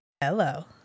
hello